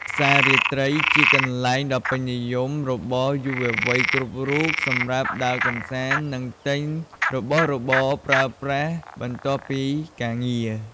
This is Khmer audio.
ផ្សាររាត្រីជាកន្លែងដ៏ពេញនិយមរបស់យុវវ័យគ្រប់រូបសម្រាប់ដើរកម្សាន្ត និងទិញរបស់របរប្រើប្រាស់ បន្ទាប់ពីការងារ។